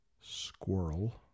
squirrel